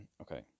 Okay